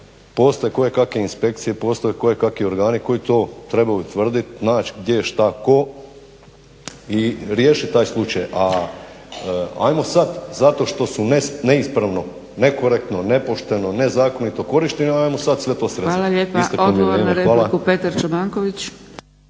postoje kojekakve inspekcije, postoje kojekakvi organi koji to trebaju utvrdit, nać gdje, šta, tko i riješit taj slučaj. Ajmo sad zato što su neispravno, nekorektno, nepošteno, nezakonito korišteni, ajmo sad sve to srezat. Isteklo mi vrijeme. Hvala.